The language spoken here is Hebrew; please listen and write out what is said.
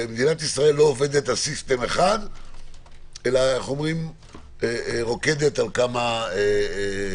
מדינת ישראל לא עובדת על סיסטם אחד אלא רוקדת על כמה שיטות,